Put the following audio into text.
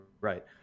right